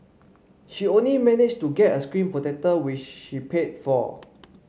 she only managed to get a screen protector which she paid for